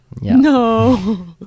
No